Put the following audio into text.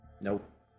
Nope